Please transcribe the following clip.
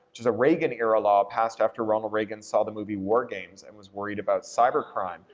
which is a reagan era law passed after ronald reagan saw the movie wargames and was worried about cyber crime.